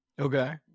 Okay